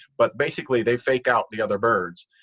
but basically they faked out the other birds.